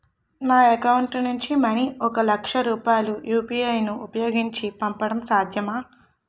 నా అకౌంట్ నుంచి మనీ ఒక లక్ష రూపాయలు యు.పి.ఐ ను ఉపయోగించి పంపడం సాధ్యమా?